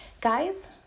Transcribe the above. Guys